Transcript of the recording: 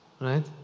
right